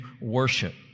worship